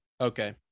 okay